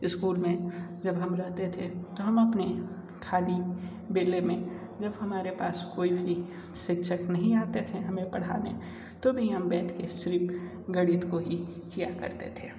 school में जब हम रहते थे तो हम अपनी खाली बेले में जब हमारे पास कोई भी शिक्षक नहीं आते थे हमें पढ़ाने तो भी हम बैठ के सिर्फ गणित को ही किया करते थे